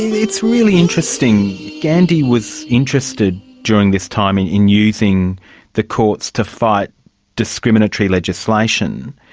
it's really interesting, gandhi was interested during this time in in using the courts to fight discriminatory legislation,